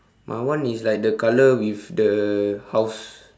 my one is like the color with the house